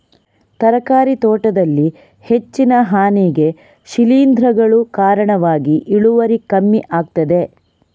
ತರಕಾರಿ ತೋಟದಲ್ಲಿ ಹೆಚ್ಚಿನ ಹಾನಿಗೆ ಶಿಲೀಂಧ್ರಗಳು ಕಾರಣವಾಗಿ ಇಳುವರಿ ಕಮ್ಮಿ ಆಗ್ತದೆ